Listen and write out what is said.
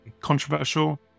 controversial